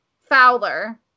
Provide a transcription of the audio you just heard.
Fowler